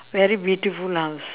very beautiful house